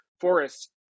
forests